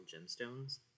gemstones